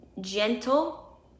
gentle